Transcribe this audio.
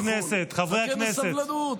חברי הכנסת, חברי הכנסת.